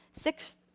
six